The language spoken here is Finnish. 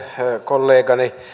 kollegani